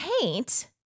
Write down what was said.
paint